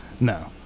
No